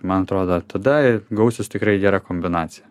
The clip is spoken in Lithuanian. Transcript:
man atrodo tada gausis tikrai gera kombinacija